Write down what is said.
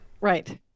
Right